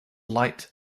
light